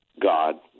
God